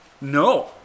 No